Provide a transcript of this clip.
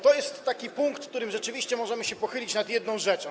To jest taki punkt, w którym rzeczywiście możemy się pochylić nad jedną rzeczą.